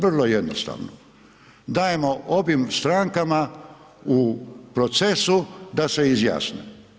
Vrlo jednostavno, dajemo obim strankama u procesu da se izjasne.